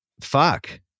Fuck